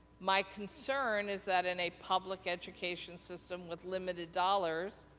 my concern is that in a public education system with limited dollars,